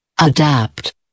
Adapt